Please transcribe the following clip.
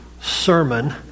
sermon